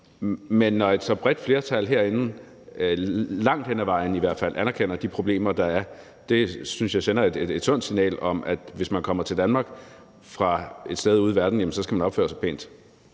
Men når et så bredt flertal herinde langt hen ad vejen i hvert fald anerkender de problemer, der er, synes jeg, det sender et sundt signal om, at hvis man kommer til Danmark fra et sted ude i verden, skal man opføre sig pænt.